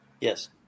Yes